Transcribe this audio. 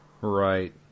Right